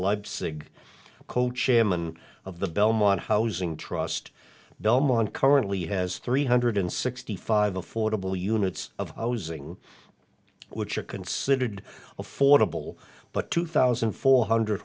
co chairman of the belmont housing trust belmont currently has three hundred sixty five affordable units of housing which are considered affordable but two thousand four hundred